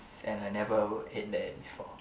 and I never ate there before